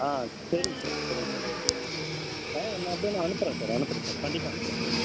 ஆ சரிங் சார் சரிங் சார் ஆ நான் அனுப்பறேன் சார் அனுப்பறேன் சார் கண்டிப்பாக அனுப்பறேன் சார்